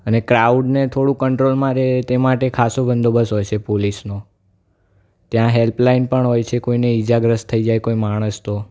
અને ક્રાઉડને થોડું કંટ્રોલમાં રે તે માટે ખાસો બંદોબસ્ત હોય છે પોલીસનો ત્યાં હેલ્પલાઇન પણ હોય છે કોઈને ઈજાગ્રસ્ત થઇ જાય કોઈ માણસ તો